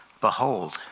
Behold